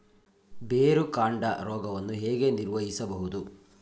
ಬೇರುಕಾಂಡ ರೋಗವನ್ನು ಹೇಗೆ ನಿರ್ವಹಿಸಬಹುದು?